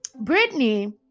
Britney